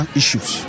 issues